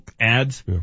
ads